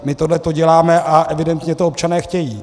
My tohleto děláme a evidentně to občané chtějí.